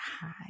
hi